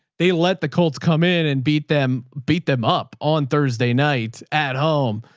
they let the colts come in and beat them, beat them up on thursday night at home.